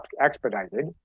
expedited